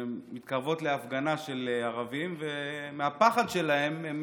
שמתקרבות להפגנה של ערבים ומהפחד שלהן הן